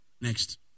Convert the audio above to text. Next